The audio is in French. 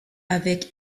avec